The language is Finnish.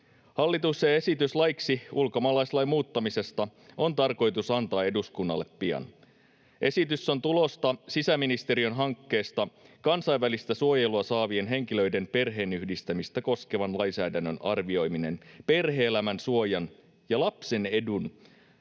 Hallituksen esitys laiksi ulkomaalaislain muuttamisesta on tarkoitus antaa eduskunnalle pian. Esitys on tulosta sisäministeriön hankkeesta ”Kansainvälistä suojelua saavien henkilöiden perheenyhdistämistä koskevan lainsäädännön arvioiminen perhe-elämän suojan ja lapsen edun